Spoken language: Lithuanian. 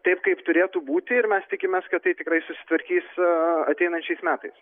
taip kaip turėtų būti ir mes tikimės kad tai tikrai susitvarkys ateinančiais metais